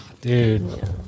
dude